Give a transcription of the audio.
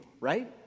Right